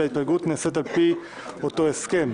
בה ההתפלגות נעשית על פי אותו הסכם.